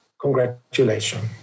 congratulations